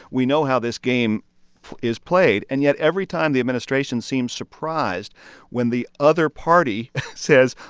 we know how this game is played, and yet every time the administration seems surprised when the other party says,